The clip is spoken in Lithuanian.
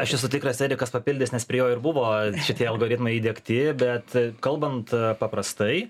aš esu tikras erikas papildys nes prie jo ir buvo šitie algoritmai įdegti bet kalbant paprastai